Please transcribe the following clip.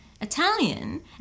Italian